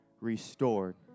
restored